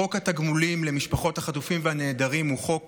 חוק התגמולים למשפחות החטופים והנעדרים הוא חוק